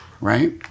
Right